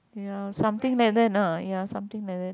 ya something like that lah something like that